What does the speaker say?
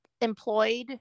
employed